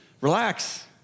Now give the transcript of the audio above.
relax